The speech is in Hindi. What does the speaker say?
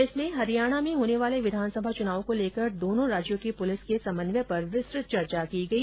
इसमें हरियाणा में होने वाले विधानसभा चुनाव को लेकर दोनों राज्यों की पुलिस के समन्वय पर विस्तुत चर्चा की गई